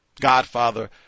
Godfather